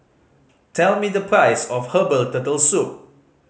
tell me the price of herbal Turtle Soup